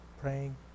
praying